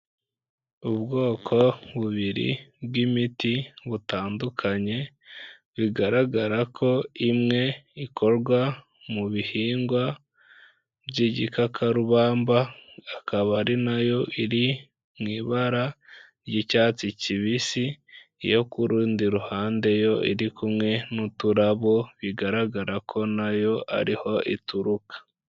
Ubwoko bubiri bw'imiti butandukanye bigaragara ko imwe ikorwa mu bihingwa by'igikakarubamba, akaba ari nayo iri mu ibara ry'icyatsi kibisi, iyo ku rundi ruhande yo iri kumwe n'uturabo bigaragara ko nayo ariho ituruka.